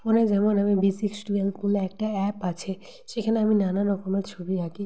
ফোনে যেমন আমি বি সিক্স টুয়েলভ বলে একটা অ্যাপ আছে সেখানে আমি নানা রকমের ছবি আঁকি